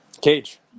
Cage